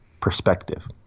perspective